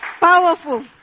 powerful